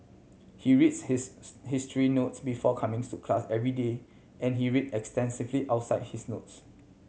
he reads his history notes before comings to class every day and he read extensively outside his notes